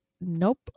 nope